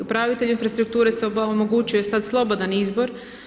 Upravitelju infrastrukture se omogućuje sad slobodan izbor.